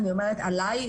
אני אומרת עלי,